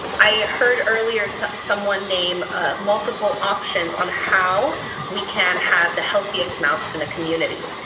i heard earlier sort of someone name multiple options on how we can have the healthiest mouths in a community.